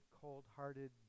cold-hearted